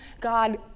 God